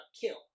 kill